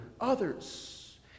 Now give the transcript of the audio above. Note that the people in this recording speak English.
others